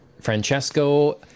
francesco